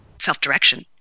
self-direction